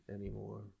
anymore